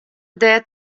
dêr